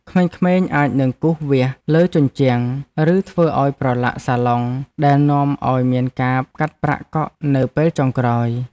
ក្មេងៗអាចនឹងគូសវាសលើជញ្ជាំងឬធ្វើឱ្យប្រឡាក់សាឡុងដែលនាំឱ្យមានការកាត់ប្រាក់កក់នៅពេលចុងក្រោយ។